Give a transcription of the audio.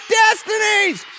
destinies